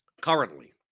currently